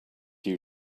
you